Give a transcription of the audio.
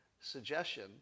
suggestion